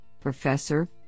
Professor